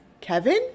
Kevin